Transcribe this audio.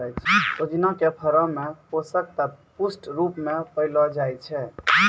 सोजिना के फरो मे पोषक तत्व पुष्ट रुपो मे पायलो जाय छै